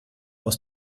aus